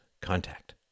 contact